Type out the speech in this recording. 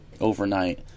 overnight